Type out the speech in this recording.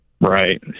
Right